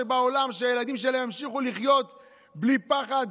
אין שום סיבה שבעולם שהילדים שלהם ימשיכו לחיות בלי פחד,